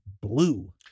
blue